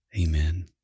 Amen